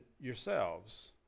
yourselves